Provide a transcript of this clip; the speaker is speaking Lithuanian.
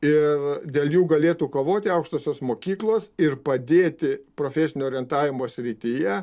ir dėl jų galėtų kovoti aukštosios mokyklos ir padėti profesinio orientavimo srityje